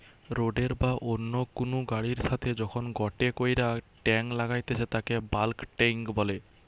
রোডের বা অন্য কুনু গাড়ির সাথে যখন গটে কইরা টাং লাগাইতেছে তাকে বাল্ক টেংক বলে